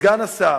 מסגן השר,